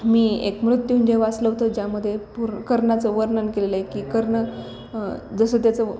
मी एक मृत्युंजय वाचलं होतं ज्यामध्ये पुर कर्णाचं वर्णन केलेलं आहे की कर्ण जसं त्याचं